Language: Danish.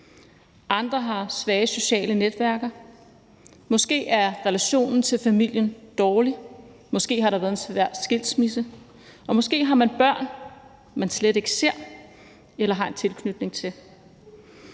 Andre har svage sociale netværk; måske er relationen til familien dårlig, måske har der været en svær skilsmisse, og måske har man børn, man slet ikke ser eller har en tilknytning til.